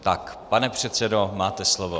Tak, pane předsedo, máte slovo.